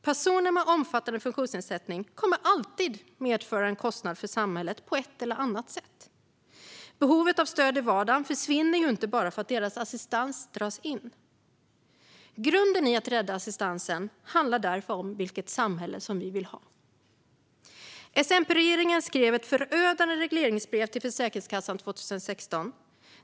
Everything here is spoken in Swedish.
Personer med omfattande funktionsnedsättning kommer alltid att medföra en kostnad för samhället på ett eller annat sätt. Behovet av stöd i vardagen försvinner inte bara för att deras assistans dras in. Grunden i att rädda assistansen handlar därför om vilket samhälle som vi vill ha. S-MP-regeringen skrev ett förödande regleringsbrev till Försäkringskassan 2016.